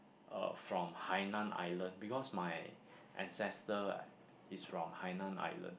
uh from Hai-nan Island because my ancestor right is from Hai-nan Island